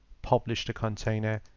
published a container,